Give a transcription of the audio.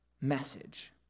message